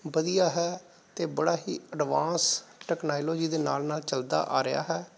ਵਧੀਆ ਹੈ ਅਤੇ ਬੜਾ ਹੀ ਐਡਵਾਂਸ ਟੈਕਨਾਲੋਜੀ ਦੇ ਨਾਲ ਨਾਲ ਚਲਦਾ ਆ ਰਿਹਾ ਹੈ